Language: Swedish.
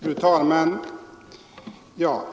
Fru talman!